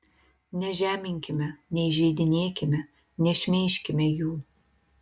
nežeminkime neįžeidinėkime nešmeižkime jų